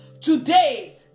Today